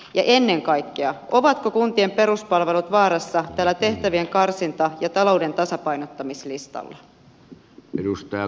ja ennen kaikkea ovatko kuntien peruspalvelut vaarassa tällä tehtävien karsinta ja talouden tasapainottamislistalla